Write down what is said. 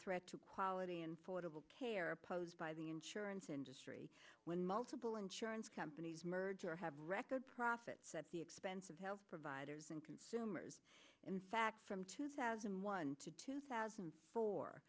threat to quality unfordable care opposed by the insurance industry when multiple insurance companies merger have record profits at the expense of health providers and consumers in fact from two thousand and one to two thousand for